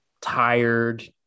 tired